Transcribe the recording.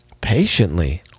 patiently